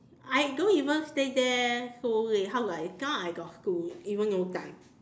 I don't even stay there so late cannot I got school even no time